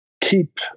keep